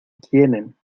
quieren